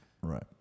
right